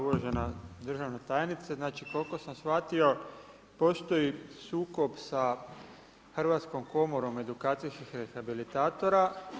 Uvažena državna tajnice, znači koliko sam shvatio postoji sukob sa Hrvatskom komorom edukacijskih rehabilitatora.